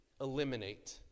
eliminate